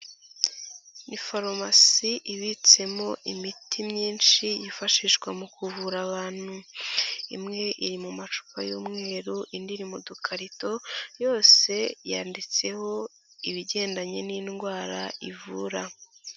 Ni farumasi ibitsemo imiti myinshi yifashishwa mu kuvura abantu, imwe iri mu macupa y'umweru, indi mudukarito yose yanditseho ibigendanye n'indwara ivura.